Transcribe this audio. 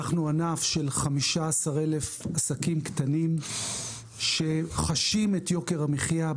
אנחנו ענף של 15,000 עסקים קטנים שחשים את יוקר המחיה.